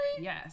Yes